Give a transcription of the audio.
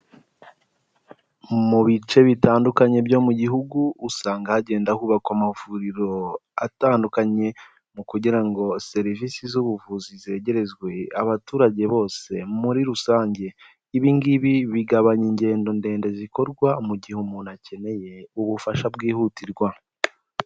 Mu bice bitandukanye byo mu gihugu, usanga hagenda hubakwa amavuriro atandukanye mu kugira ngo serivisi z'ubuvuzi zegerezwe abaturage bose muri rusange, ibi ngibi bigabanya ingendo ndende zikorwa mu gihe umuntu akeneye ubufasha bwihutirwa.